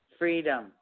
freedom